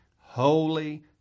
holy